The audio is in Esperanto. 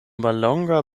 mallonga